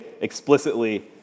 explicitly